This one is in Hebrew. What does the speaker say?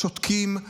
שותקים,